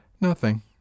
Nothing